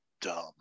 dumb